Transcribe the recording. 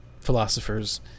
philosophers